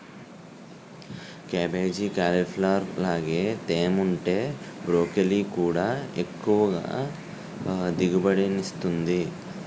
cabbage, cauliflower లాగే తేముంటే broccoli కూడా ఎక్కువ దిగుబడినిస్తుంది